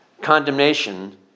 condemnation